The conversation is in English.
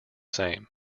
same